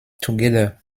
together